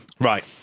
Right